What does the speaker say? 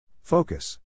Focus